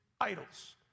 idols